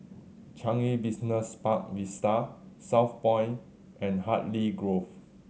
Changi Business Park Vista Southpoint and Hartley Grove